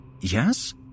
Yes